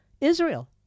Israel